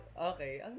okay